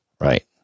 Right